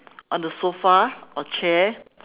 on the sofa or chair